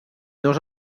dos